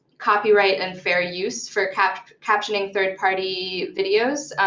copyright and fair use for captioning captioning third party videos,